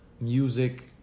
music